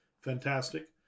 fantastic